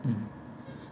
mm